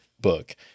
book